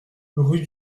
rue